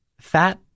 Fat